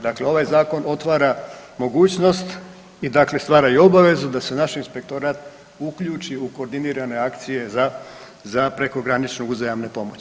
Dakle, ovaj zakon otvara mogućnost i dakle stvara i obvezu da se naš inspektorat uključi u koordinirane akcije za prekogranične uzajamne pomoći.